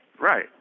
Right